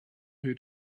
who